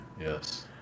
Yes